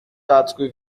quatre